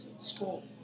school